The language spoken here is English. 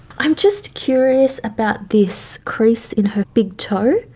i'm just curious about this crease in her big toe,